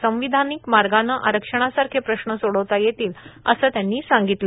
संवैधनिक मार्गानं आरक्षणासारखे प्रश्न सोडवता येतील असं त्यांनी सांगितलं